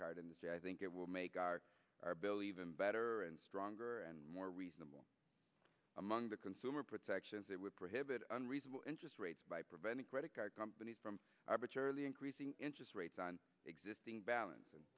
card industry i think it will make our our bill even better and stronger and more reasonable among the consumer protections that would prohibit unreasonable interest rates by preventing credit card companies from arbitrarily increasing interest rates on existing balance